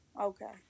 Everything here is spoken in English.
Okay